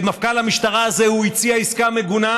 למפכ"ל המשטרה הזה הוא הציע עסקה מגונה,